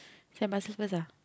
send my sisters ah